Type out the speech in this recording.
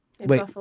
Wait